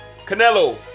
Canelo